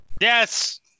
Yes